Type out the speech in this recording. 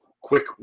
quick